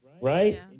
Right